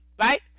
right